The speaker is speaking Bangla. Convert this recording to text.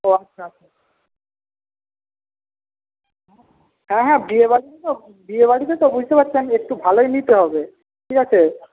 ও আচ্ছা আচ্ছা হ্যাঁ হ্যাঁ বিয়ে বাড়িতে তো বিয়ে বাড়িতে তো বুঝতে পারছেন একটু ভালোই নিতে হবে ঠিক আছে